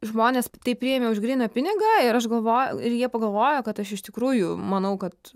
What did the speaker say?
žmonės tai priėmė už gryną pinigą ir aš galvojau ir jie pagalvojo kad aš iš tikrųjų manau kad